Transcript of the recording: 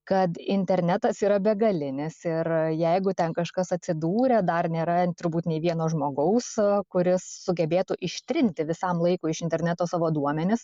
kad internetas yra begalinis ir jeigu ten kažkas atsidūrė dar nėra turbūt nei vieno žmogaus kuris sugebėtų ištrinti visam laikui iš interneto savo duomenis